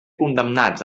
condemnats